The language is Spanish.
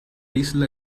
isla